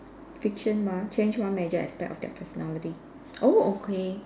fiction mah change one major aspect of their personality oh okay